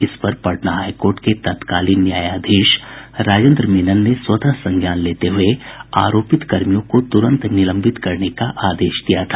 इस पर Patna high court के तत्कालीन न्यायाधीश राजेन्द्र मेनन ने स्वतः संज्ञान लेते हुये आरोपित कर्मियों को तुरंत निलंबित करने का आदेश दिया था